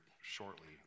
shortly